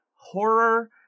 horror